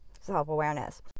self-awareness